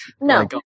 No